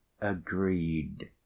agreed